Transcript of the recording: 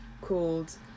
called